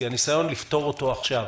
תראו,